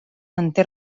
manté